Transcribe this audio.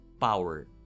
Power